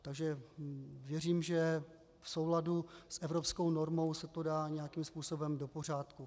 Takže věřím, že v souladu s evropskou normou se to dá nějakým způsobem do pořádku.